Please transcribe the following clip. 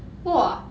!wah!